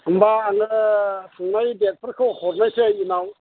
होमबा आङो फंबाइ देटफोरखौ हरनोसै उनाव